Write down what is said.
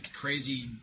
crazy